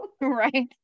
Right